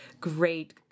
great